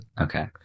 Okay